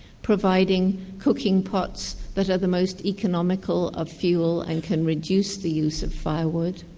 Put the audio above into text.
providing cooking pots that are the most economical of fuel and can reduce the use of firewood,